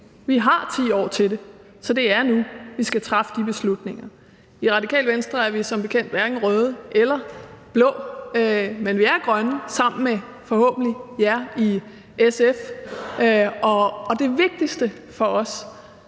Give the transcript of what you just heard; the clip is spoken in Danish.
Vi har 10 år til det, så det er nu, vi skal træffe de beslutninger. I Radikale Venstre er vi som bekendt hverken røde eller blå, men vi er grønne sammen med forhåbentlig jer i SF. Det vigtigste for os